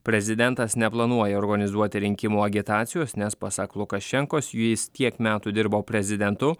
prezidentas neplanuoja organizuoti rinkimų agitacijos nes pasak lukašenkos jis tiek metų dirbo prezidentu